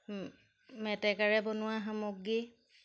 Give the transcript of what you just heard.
মেটেকাৰে বনোৱা সামগ্ৰী